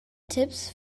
tipps